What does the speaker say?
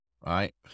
right